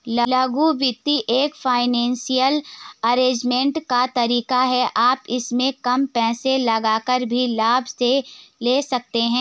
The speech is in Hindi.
लघु वित्त एक फाइनेंसियल अरेजमेंट का तरीका है आप इसमें कम पैसे लगाकर भी लाभ ले सकते हैं